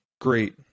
Great